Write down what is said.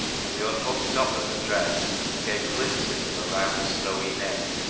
and the unhooked top of her dress gave glimpses of a round snowy neck,